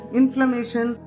inflammation